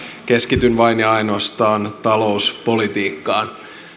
keskityn vain ja ainoastaan talouspolitiikkaan